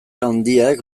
handiak